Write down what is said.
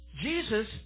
Jesus